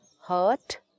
Hurt